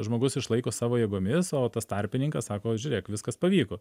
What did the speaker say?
žmogus išlaiko savo jėgomis o tas tarpininkas sako žiūrėk viskas pavyko